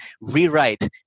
rewrite